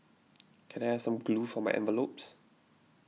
can I have some glue for my envelopes